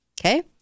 okay